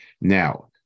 Now